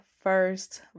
first